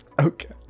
Okay